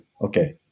Okay